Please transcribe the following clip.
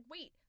wait